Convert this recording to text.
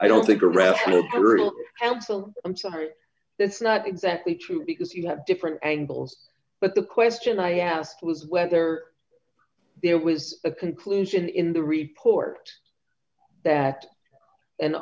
i don't think a rational absalom i'm sorry that's not exactly true because you have different angles but the question i asked was whether there was a conclusion in the report that an